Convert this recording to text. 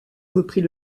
reprit